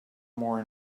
more